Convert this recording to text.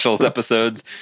episodes